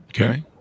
Okay